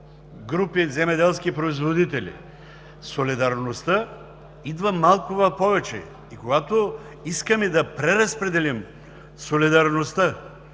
групи земеделски производители. Солидарността идва малко в повече. И когато искаме да преразпределим солидарността